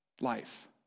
Life